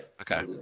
Okay